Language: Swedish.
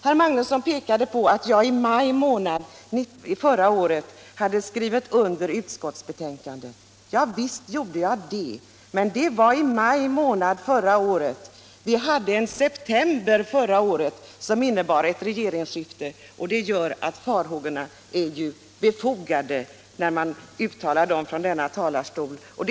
Herr Magnusson pekade på att jag i maj månad förra året hade skrivit under utskottsbetänkandet. Ja, visst gjorde jag det, men det var i maj månad förra året. Vi hade en september månad förra året, som innebar ett regeringsskifte, och det gör att farhågorna som jag uttalar från den här talarstolen är befogade.